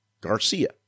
Garcia